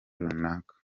runaka